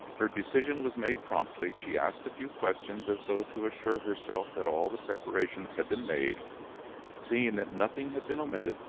her decision was made promptly she asked a few questions, as though to assure herself that all the preparations had been made seeing that nothing had been omitted,